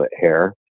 hair